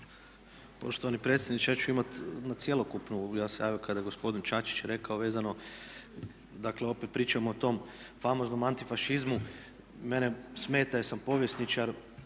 Poštovani predsjedniče ja ću imati na cjelokupnu, ja sam se javio kada je gospodin Čačić rekao vezano, dakle opet pričamo o tom famoznom antifašizmu. Mene smeta jer sam povjesničar,